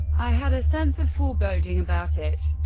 i had a sense of foreboding about it,